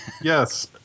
Yes